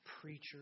preacher